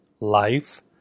life